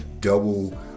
double